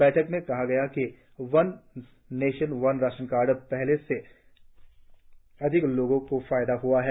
बैठक में कहा गया कि one nation one ration card पहल से अधिक लोगों को फायदा हआ है